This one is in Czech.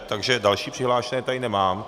Takže další přihlášené tady nemám.